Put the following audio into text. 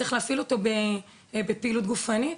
צריך להפעיל אותו בפעילות גופנית.